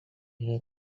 hair